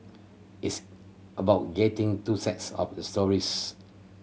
its about getting two sides of the stories